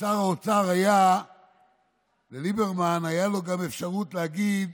לשר האוצר, לליברמן, הייתה גם אפשרות להגיד